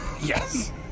Yes